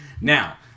Now